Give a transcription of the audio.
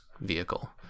vehicle